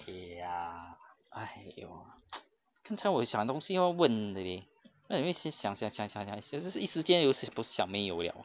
ya !aiyo! 刚才我有想东西要问的 leh 那我想想想想想想了一时间有是不想没有 liao